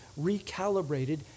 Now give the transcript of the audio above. recalibrated